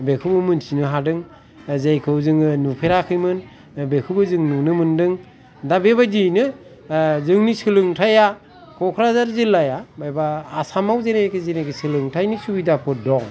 बेखाैबो मोनथिनो हादों जायखाै जों नुफेराखैमोन बेखाैबो जों नुनो मोनदों दा बे बायदियैनो जोंनि सोलोंथाया क'क्राझार जिल्लाया माबा आसामाव जेनेखि जेनेखि सोलोंथायनि सुबिदाफोर दं